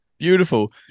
Beautiful